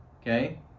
okay